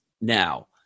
now